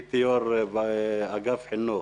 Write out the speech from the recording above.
הייתי יושב-ראש אגף החינוך